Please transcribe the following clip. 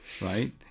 right